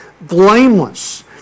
blameless